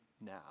now